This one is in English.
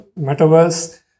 metaverse